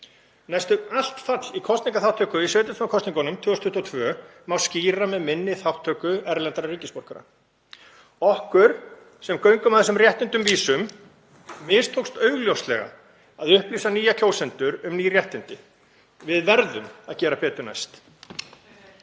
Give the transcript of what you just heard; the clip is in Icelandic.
Næstum allt fall í kosningaþátttöku í sveitarstjórnarkosningunum 2022 má skýra með minni þátttöku erlendra ríkisborgara. Okkur, sem göngum að þessum réttindum vísum, mistókst augljóslega að upplýsa nýja kjósendur um ný réttindi. Við verðum að gera betur næst.